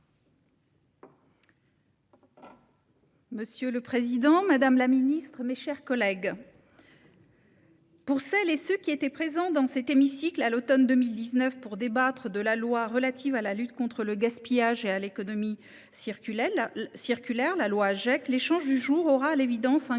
Monsieur le président, madame la secrétaire d'État, mes chers collègues, pour celles et ceux qui étaient présents dans cet hémicycle à l'automne 2019 pour débattre de la loi relative à la lutte contre le gaspillage et à l'économie circulaire, l'échange que nous aurons ce jour aura, à l'évidence, un